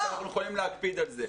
שאנחנו יכולים להקפיד על זה.